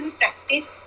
practice